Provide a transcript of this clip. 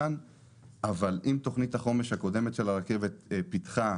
אבל אם תוכנית החומש הקודמת של הרכבת פיתחה